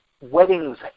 weddings